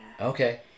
Okay